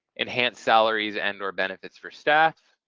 enhance salaries and or benefits for staff,